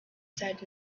said